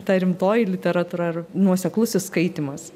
ta rimtoji literatūra ar nuoseklusis skaitymas